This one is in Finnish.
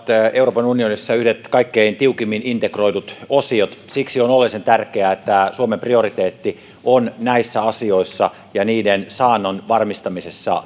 euroopan unionissa yhdet kaikkein tiukimmin integroidut osiot siksi on oleellisen tärkeää että suomen prioriteetti on näissä asioissa ja niiden saannon varmistamisessa